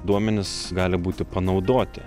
duomenys gali būti panaudoti